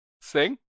Sing